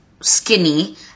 skinny